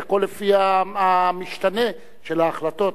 הכול לפי המשתנה של ההחלטות.